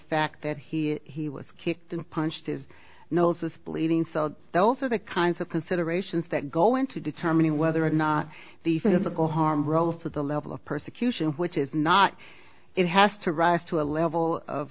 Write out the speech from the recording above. fact that he he was kicked and punched his nose was bleeding so those are the kinds of considerations that go into determining whether or not the physical harm role for the level of persecution which is not it has to rise to a level of